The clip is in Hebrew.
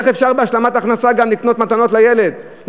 איך אפשר בהשלמת הכנסה גם לקנות מתנות לנכד?